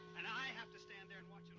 and i have to stand there and watch it